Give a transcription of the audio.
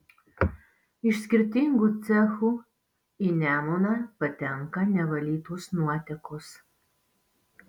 iš skirtingų cechų į nemuną patenka nevalytos nuotekos